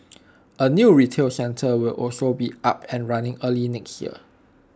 A new retail centre will also be up and running early next year